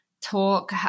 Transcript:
Talk